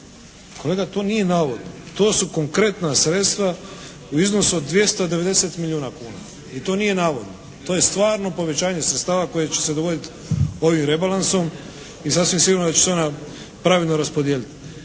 Kolega to nije navodno. To su konkretna sredstva u iznosu od 290 milijuna kuna i to nije navodno. To je stvarno povećanje sredstava koje će se dogodit ovim rebalansom i sasvim sigurno da će se ona pravilno raspodijeliti.